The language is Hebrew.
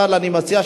אבל אני מציע,